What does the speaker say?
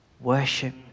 worship